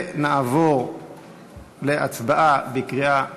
נעבור להצבעה בקריאה השלישית.